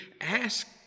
ask